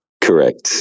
Correct